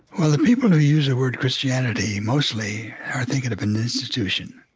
well, the people who use the word christianity mostly are thinking of an institution.